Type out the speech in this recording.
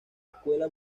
escuela